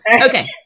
Okay